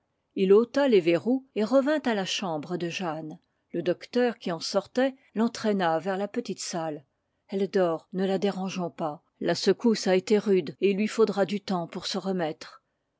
il ôta les verrous et revint à la chambre de jeanne le docteur qui en sortait l'entraîna vers la petite salle elle dort ne la dérangeons pas la secousse a été rude et il lui faudra du temps pour se remettre